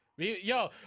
Yo